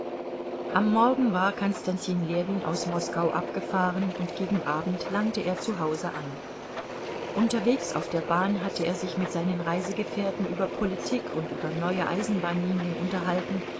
am morgen war konstantin ljewin aus moskau abgefahren und gegen abend langte er zu hause an unterwegs auf der bahn hatte er sich mit seinen reisegefährten über politik und über neue eisenbahnlinien unterhalten